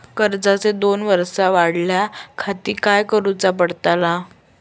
कर्जाची दोन वर्सा वाढवच्याखाती काय करुचा पडताला?